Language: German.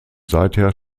seither